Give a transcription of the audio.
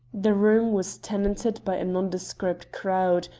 the room was tenanted by nondescript crowd,